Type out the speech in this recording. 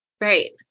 Right